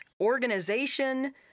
organization